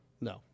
No